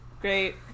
Great